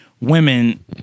women